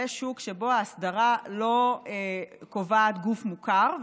זה שוק שבו ההסדרה לא קובעת גוף מוכר,